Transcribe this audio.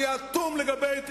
אני אטום לגבי,